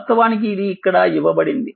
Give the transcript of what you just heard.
వాస్తవానికి ఇది ఇక్కడ ఇవ్వబడింది